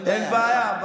אין בעיה,